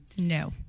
No